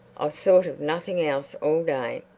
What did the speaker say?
i've thought of nothing else all day.